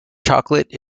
chocolate